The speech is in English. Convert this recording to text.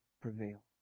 prevail